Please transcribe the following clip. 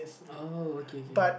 oh okay okay